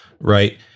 Right